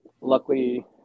luckily